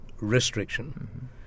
restriction